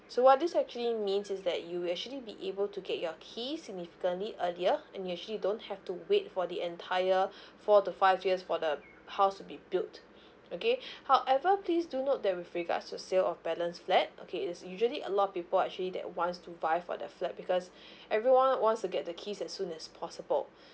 so what this actually means is that you will actually be able to get your keys significantly earlier and you actually don't have to wait for the entire four to five years for the house to be built okay however please do note that with regards to sale of balance flat okay it's usually a lot of people actually that wants to buy for the flat because everyone wants to get the keys as soon as possible